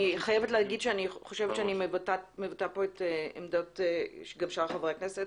אני חייבת להגיד שאני חושבת שאני מבטאת פה את עמדות גם שאר חברי הכנסת